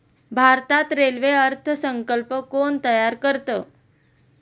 भारतात रेल्वे अर्थ संकल्प कोण तयार करतं?